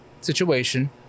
situation